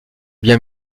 bien